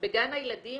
בגן הילדים